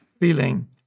feeling